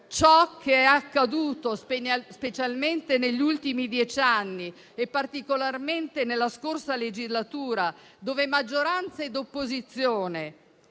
ciò che è accaduto specialmente negli ultimi dieci anni e particolarmente nella scorsa legislatura, dove maggioranza e opposizione,